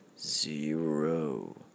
zero